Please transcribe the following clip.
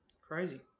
Crazy